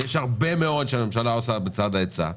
ויש הרבה מאוד פעולות שהממשלה עושה בצד ההיצע.